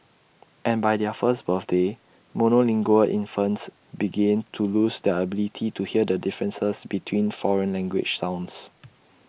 and by their first birthdays monolingual infants begin to lose their ability to hear the differences between foreign language sounds